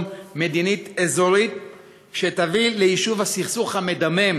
מדינית אזורית שתביא ליישוב הסכסוך המדמם,